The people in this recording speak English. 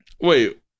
Wait